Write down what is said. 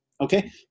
Okay